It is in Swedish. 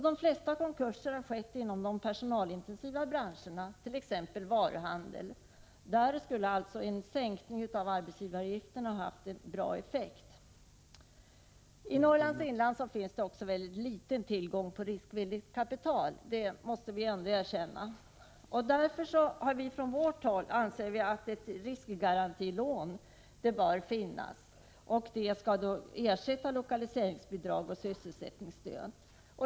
De flesta konkurser har skett inom de personalintensiva branscherna, som t.ex. varuhandel. Där skulle alltså en sänkning av arbetsgivaravgifterna ha haft en bra effekt. I Norrlands inland finns det också en väldigt liten tillgång på riskvilligt kapital — det måste vi ändå erkänna. Från vårt håll anser vi att det bör finnas ett riskgarantilån, vilket skall ersätta lokaliseringsbidrag och sysselsättningsstöd.